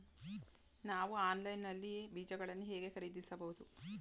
ನಾವು ಆನ್ಲೈನ್ ನಲ್ಲಿ ಬೀಜಗಳನ್ನು ಹೇಗೆ ಖರೀದಿಸಬಹುದು?